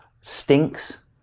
Stinks